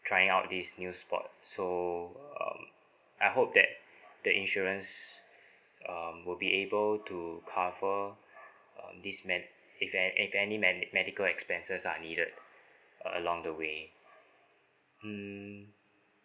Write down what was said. trying out this new sport so um I hope that the insurance um would be able to cover um this me~ if there~ if there're any medi~ medical expenses are needed along the way hmm